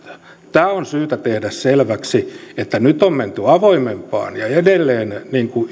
tämä on syytä tehdä selväksi että nyt on menty avoimempaan ja edelleen